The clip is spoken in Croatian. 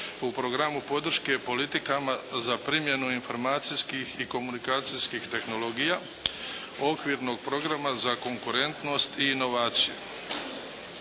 u programu podrške politikama za primjenu informacijskih i komunikacijskih tehnologija Okvirnog programa za konkurentnost i inovacije